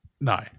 No